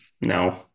no